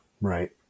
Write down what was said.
Right